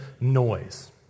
noise